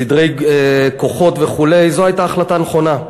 סדרי כוחות וכו', זו הייתה החלטה נכונה.